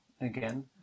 again